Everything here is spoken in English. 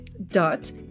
dot